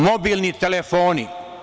Mobilni telefoni.